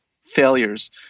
failures